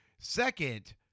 Second